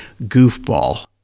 Goofball